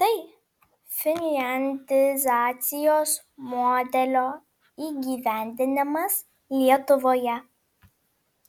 tai finliandizacijos modelio įgyvendinimas lietuvoje